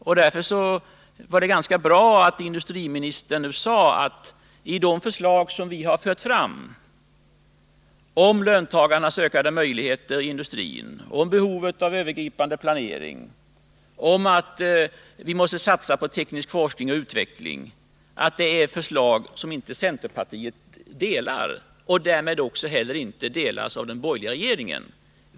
Jag kan således konstatera att de förslag som vi har fört fram — om löntagarnas ökade möjligheter i industrin, om behovet av övergripande planering, om att vi måste satsa på teknisk forskning och utveckling — är förslag som inte delas av centerpartiet.